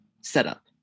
setup